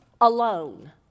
alone